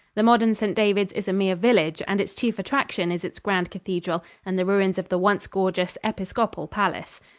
the modern st. davids is a mere village, and its chief attraction is its grand cathedral and the ruins of the once gorgeous episcopal palace.